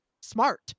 smart